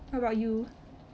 how about you